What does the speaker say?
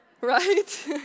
Right